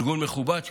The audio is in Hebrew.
ארגון מכובד,